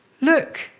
look